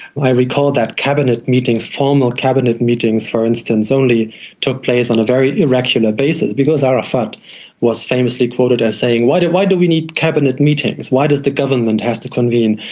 recall that cabinet meetings, formal cabinet meetings, for instance, only took place on a very irregular basis, because arafat was famously quoted as saying, why do why do we need cabinet meetings? why does the government have to convene?